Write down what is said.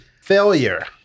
Failure